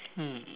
mm